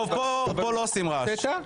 פה לא עושים רעש.